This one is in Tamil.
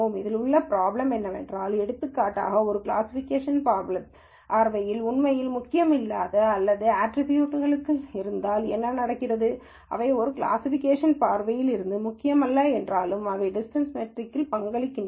இதில் உள்ள பிராப்ளம் என்னவென்றால் எடுத்துக்காட்டாக ஒரு கிளாசிஃபிகேஷன் பார்வையில் உண்மையில் முக்கியமில்லாத எல்லா ஆற்ரிபியூட்களும் இருந்தால் என்ன நடக்கிறது அவை ஒரு கிளாசிஃபிகேஷன் பார்வையில் இருந்து முக்கியமல்ல என்றாலும் அவை டிஸ்டன்ஸ் மெட்ரிக்கிற்கு பங்களிக்கின்றன